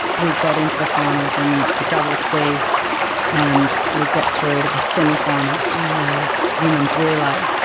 we'd got into the finals in the double ski and we'd got through to the semi-finals in the women's relay,